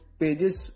pages